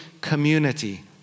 community